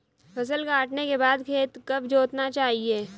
फसल काटने के बाद खेत कब जोतना चाहिये?